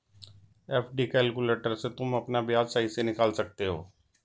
FD calculator से तुम अपना ब्याज सही से निकाल सकते हो